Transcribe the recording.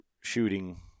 shooting